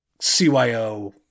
CYO